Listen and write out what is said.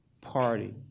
party